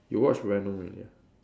you watch Venom already ah